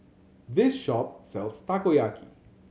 this shop sells Takoyaki